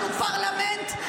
אנחנו פרלמנט,